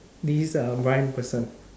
this uh blind person